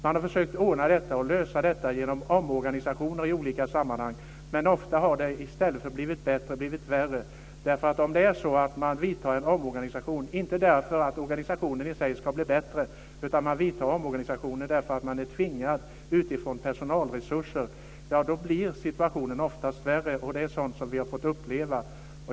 Man har försökt lösa detta genom omorganisationer i olika sammanhang, men ofta har det i stället för att bli bättre blivit värre. Om man genomför en omorganisation, inte därför att organisationen i sig ska bli bättre, utan man vidtar omorganisationen därför att man är tvingad av bristen på personal, blir situationen oftast värre. Det är sådant som vi har fått uppleva.